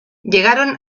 llegaron